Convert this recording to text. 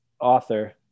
author